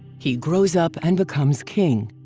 he grows up and becomes king.